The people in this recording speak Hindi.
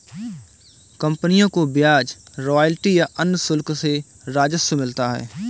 कंपनियों को ब्याज, रॉयल्टी या अन्य शुल्क से राजस्व मिलता है